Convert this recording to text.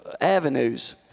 avenues